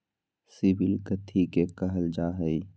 CIBIL कथि के काहल जा लई?